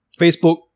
Facebook